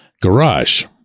garage